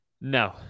No